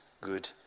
good